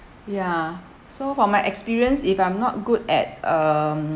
ya so from my experience if I'm not good at um